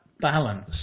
balance